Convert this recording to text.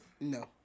No